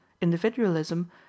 individualism